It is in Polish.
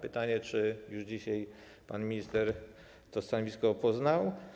Pytanie: Czy już dzisiaj pan minister to stanowisko poznał?